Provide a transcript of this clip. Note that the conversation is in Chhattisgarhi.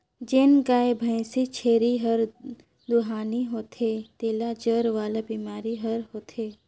जेन गाय, भइसी, छेरी हर दुहानी होथे तेला जर वाला बेमारी हर होथे